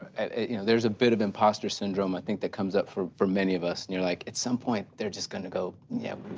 you know there's a bit of impostor syndrome i think that comes up for for many of us and you're like, at some point they're just gonna go, yeah,